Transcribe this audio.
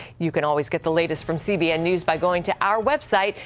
you can always get the latest from cbn news by going to our website.